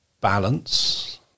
balance